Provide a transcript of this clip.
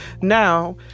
now